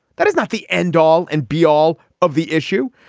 that is not the end all and be all of the issue.